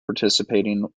participating